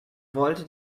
wollte